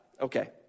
Okay